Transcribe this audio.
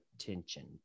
attention